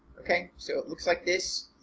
okay so it looks like this